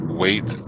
wait